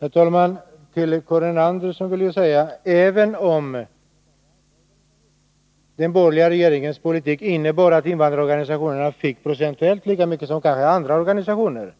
Herr talman! Till Karin Andersson vill jag säga, att även om den borgerliga regeringens politik innebar att invandrarorganisationerna fick procentuellt lika mycket som andra organisationer,